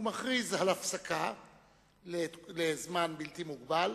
ומכריז על הפסקה לזמן בלתי מוגבל,